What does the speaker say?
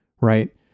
right